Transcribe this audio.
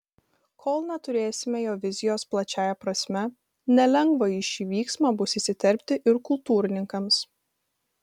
kol neturėsime jo vizijos plačiąja prasme nelengva į šį vyksmą bus įsiterpti ir kultūrininkams